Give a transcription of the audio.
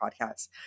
podcasts